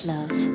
Love